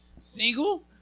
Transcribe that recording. Single